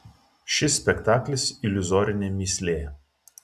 šis spektaklis iliuzorinė mįslė